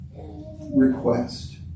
request